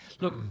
Look